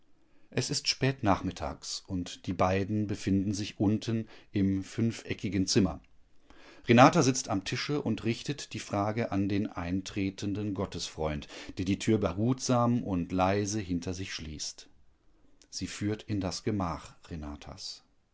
es ist spät nachmittags und die beiden befinden sich unten im fünfeckigen zimmer renata sitzt am tische und richtet die frage an den eintretenden gottesfreund der die tür behutsam und leise hinter sich schließt sie führt in das gemach renatas